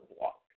walk